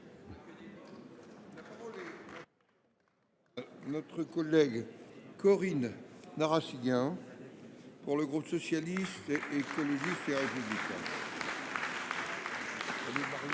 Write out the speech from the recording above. La parole est à Mme Corinne Narassiguin, pour le groupe Socialiste, Écologiste et Républicain.